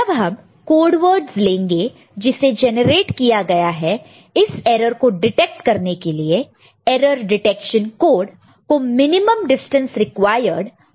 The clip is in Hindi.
जब हम कोड वर्ड्ज़ लेंगे जिसे जनरेट किया गया है इस एरर को डिटेक्ट करने के लिए एरर डिटेक्शन कोड को मिनिमम डिस्टेंस रिक्वायर्ड b1 है